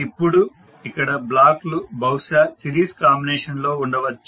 ఇప్పుడు ఇక్కడ బ్లాక్లు బహుశా సిరీస్ కాంబినేషన్లో ఉండవచ్చు